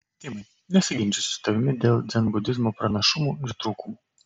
timai nesiginčysiu su tavimi dėl dzenbudizmo pranašumų ir trūkumų